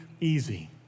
easy